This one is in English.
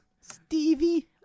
Stevie